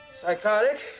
Psychotic